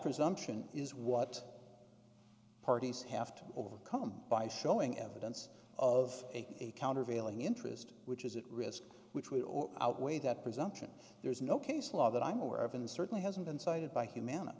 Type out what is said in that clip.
presumption is what parties have to overcome by showing evidence of a countervailing interest which is at risk which would or outweigh that presumption there is no case law that i'm aware of and certainly hasn't been cited by human